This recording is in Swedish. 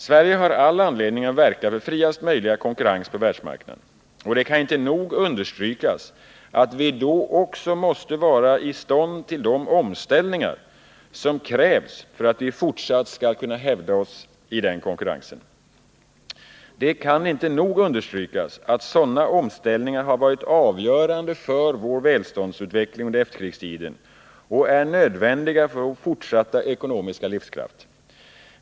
Sverige har all anledning att verka för friaste möjliga konkurrens på världsmarknaden, och det kan inte nog understrykas att vi då också måste vara i stånd till de omställningar som krävs för att vi fortsatt skall kunna hävda oss i den konkurrensen. Det kan inte nog understrykas att sådana omställningar har varit avgörande för vår välståndsutveckling under efterkrigstiden och är nödvändiga för vår fortsatta ekonomiska livskraft.